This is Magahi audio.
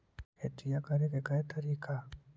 खेतिया करेके के तारिका?